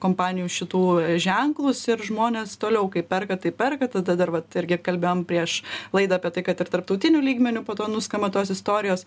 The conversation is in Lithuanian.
kompanijų šitų ženklus ir žmonės toliau kaip perka taip perka tada dar vat irgi kalbėjom prieš laidą apie tai kad ir tarptautiniu lygmeniu po to nuskamba tos istorijos